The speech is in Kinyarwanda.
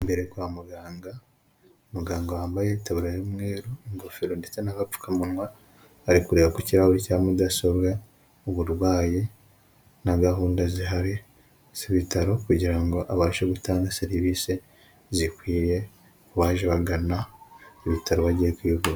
Imbere kwa muganga, muganga wambaye Itabura y'umweru ingofero ndetse n'agapfukamunwa ari kureba ku kirahuri cya mudasobwa, uburwayi na gahunda zihari z'ibitaro kugira ngo abashe gutanga serivisi zikwiye ku baje bagana ibitaro bagiye kwivuza.